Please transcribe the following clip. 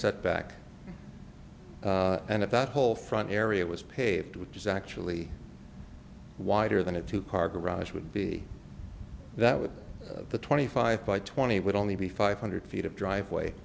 setback and if that whole front area was paved which is actually wider than a two car garage would be that with the twenty five by twenty would only be five hundred feet of driveway